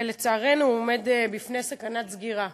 ולצערנו הוא עומד בפני סכנת סגירה.